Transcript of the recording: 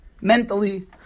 mentally